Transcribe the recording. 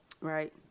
Right